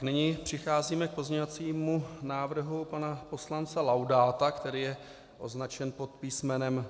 Nyní přicházíme k pozměňovacímu návrhu pana poslance Laudáta, který je označen pod písmenem G.